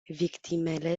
victimele